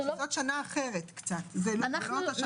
זאת שנה אחרת קצת, זה לא אותה שנה.